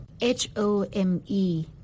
H-O-M-E